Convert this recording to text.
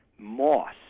Moss